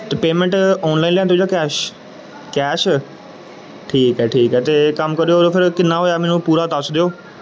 ਅਤੇ payment online ਲੈਂਦੇ ਹੋ ਜਾਂ ਕੈਸ਼ ਕੈਸ਼ ਠੀਕ ਹੈ ਠੀਕ ਹੈ ਅਤੇ ਇੱਕ ਕੰਮ ਕਰਿਓ ਉਦੋਂ ਫਿਰ ਕਿੰਨਾ ਹੋਇਆ ਮੈਨੂੰ ਪੂਰਾ ਦੱਸ ਦਿਓ